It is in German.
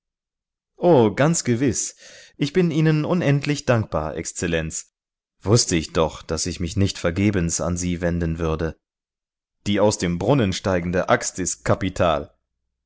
o ganz gewiß ich bin ihnen unendlich dankbar exzellenz wußte ich doch daß ich mich nicht vergebens an sie wenden würde die aus dem brunnen steigende axt ist kapital